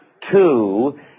two